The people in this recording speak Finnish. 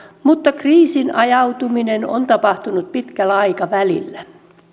mutta kriisiin ajautuminen on tapahtunut pitkällä aikavälillä